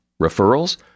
Referrals